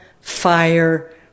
fire